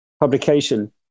publication